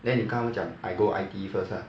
then 你跟他们讲 I go I_T_E first lah